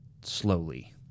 slowly